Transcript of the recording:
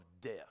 death